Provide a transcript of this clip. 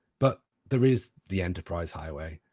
but there is the enterprise highway,